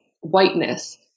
whiteness